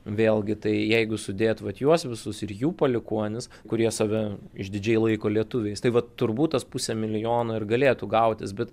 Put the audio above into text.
vėlgi tai jeigu sudėt vat juos visus ir jų palikuonis kurie save išdidžiai laiko lietuviais tai vat turbūt tas pusė milijono ir galėtų gautis bet